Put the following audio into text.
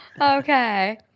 Okay